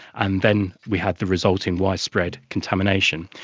and then we had the resulting widespread contamination.